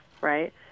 right